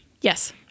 Yes